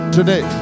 Today